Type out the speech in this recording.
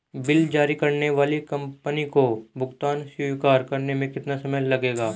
Bill जारी करने वाली कंपनी को भुगतान स्वीकार करने में कितना समय लगेगा?